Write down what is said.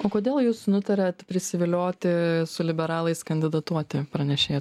o kodėl jūs nutarėt prisivilioti su liberalais kandidatuoti pranešėją